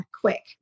quick